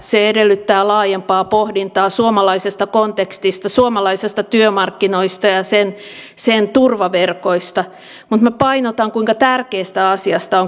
se edellyttää laajempaa pohdintaa suomalaisesta kontekstista suomalaisista työmarkkinoista ja sen turvaverkoista mutta minä painotan kuinka tärkeästä asiasta on kysymys